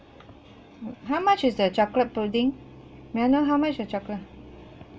mm how much is the chocolate pudding may I know how much the chocolate